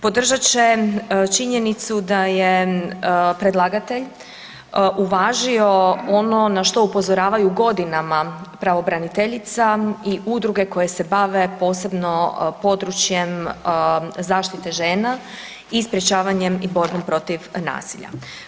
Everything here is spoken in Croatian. Podržat će činjenicu da je predlagatelj uvažio ono na što upozoravaju godinama pravobraniteljica i udruge koje se bave posebno područjem zaštite žena i sprječavanjem i borbom protiv nasilja.